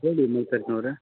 ಹೇಳಿ ಮಲ್ಲಿಕಾರ್ಜುನ ಅವರೆ